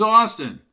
Austin